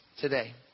today